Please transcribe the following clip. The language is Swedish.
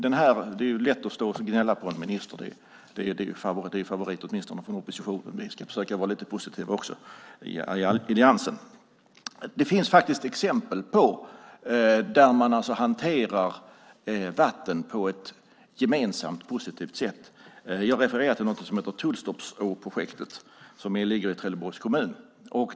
Det är lätt att stå och gnälla på en minister; det är en favorit åtminstone hos oppositionen. Men vi ska försöka vara lite positiva i alliansen. Det finns faktiskt exempel på hur man kan hantera vatten på ett gemensamt och positivt sätt. Jag refererar till något som heter Tullstorpsåprojektet som ligger i Trelleborgs kommun.